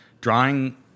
drawing